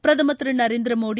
பிரதமர் திரு நரேந்திர மோடி